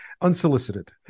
unsolicited